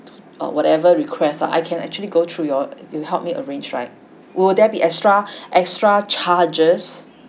whatever requests ah I can actually go through you all you'll help me arrange right will there be extra extra charges